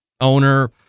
owner